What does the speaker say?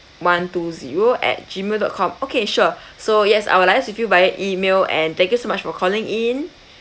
one two zero at gmail dot com okay sure so yes I will liaise with you via email and thank you so much for calling in